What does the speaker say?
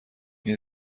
این